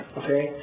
okay